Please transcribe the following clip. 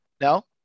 No